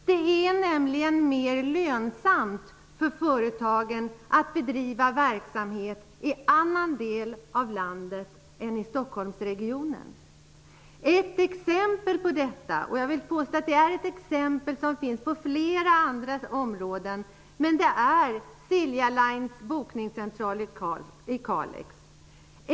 Det är nämligen mer lönsamt för företagen att bedriva verksamhet i annan del av landet än i Stockholmsregionen. Ett exempel på detta -- jag vill påstå att exempel finns på flera andra områden -- är Silja Lines bokningscentral i Kalix.